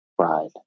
ride